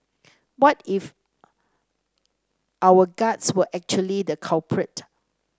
what if our guts were actually the culprit